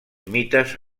mites